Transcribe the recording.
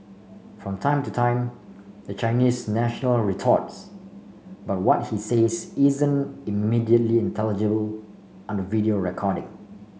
from time to time the Chinese national retorts but what he says isn't immediately intelligible on the video recording